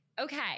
Okay